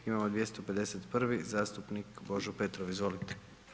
Imamo 251. zastupnik Božo Petrov, izvolite.